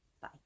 Bye